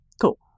Cool